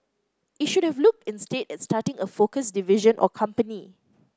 it should have looked instead at starting a focused division or company